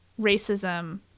racism